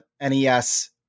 NES